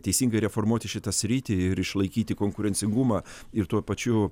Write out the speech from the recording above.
teisingai reformuoti šitą sritį ir išlaikyti konkurencingumą ir tuo pačiu